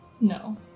No